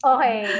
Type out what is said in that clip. Okay